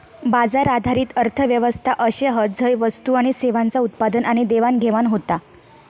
बाजार आधारित अर्थ व्यवस्था अशे हत झय वस्तू आणि सेवांचा उत्पादन आणि देवाणघेवाण होता